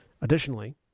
Additionally